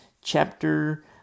chapter